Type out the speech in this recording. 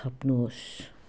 थप्नुहोस्